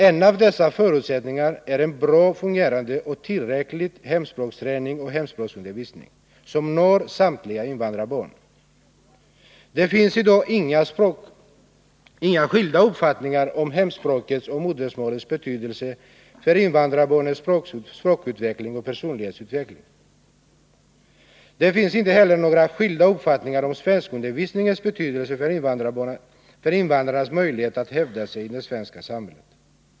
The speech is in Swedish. En av dessa förutsättningar är en bra fungerande och tillräcklig hemspråksträning och hemspråksundervisning, som når samtliga invandrarbarn. Det finns i dag inga skilda uppfattningar om hemspråkets eller modersmålets betydelse för invandrarbarnets språkutveckling och personlighetsutveckling. Det finns inte heller några skilda uppfattningar om svenskundervisningens betydelse för invandrarnas möjligheter att hävda sig i det svenska samhället.